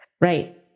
Right